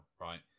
right